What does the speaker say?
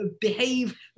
behave